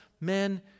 men